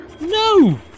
No